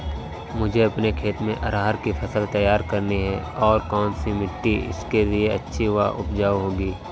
मुझे अपने खेत में अरहर की फसल तैयार करनी है और कौन सी मिट्टी इसके लिए अच्छी व उपजाऊ होगी?